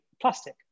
plastic